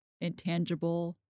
intangible